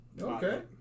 Okay